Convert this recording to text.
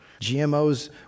GMOs